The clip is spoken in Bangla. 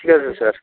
ঠিক আছে স্যার